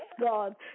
God